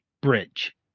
bridge